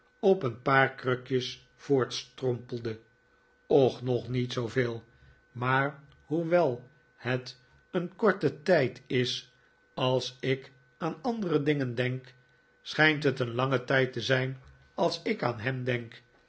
op een paar krukjes voortstrompelde och nog niet zooveel maar hoewel het een korte een geheimzinnig bezoek tijd is als ik aan andere dingen denk schijnt het een lange tijd te zijn als ik aan hem denk